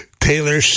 Taylor